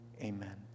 Amen